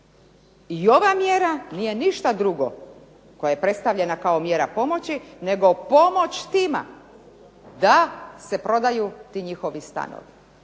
i ova mjera nije ništa druga, koja je predstavljena kao mjera pomoći nego pomoć tima da se prodaju ti njihovi stanovi,